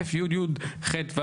ייחוד,